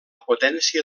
potència